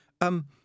Um